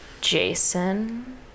Jason